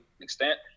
extent